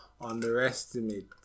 underestimate